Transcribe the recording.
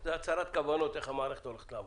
זה הצהרת כוונות איך המערכת הולכת לעבוד.